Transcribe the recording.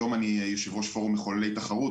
היום אני יושב-ראש פורום מחוללי תחרות.